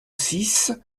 six